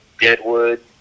Deadwood